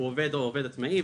עובד או עובד עצמאי,